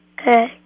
Okay